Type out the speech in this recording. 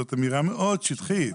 זאת אמירה מאוד שטחית.